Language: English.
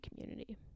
community